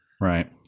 Right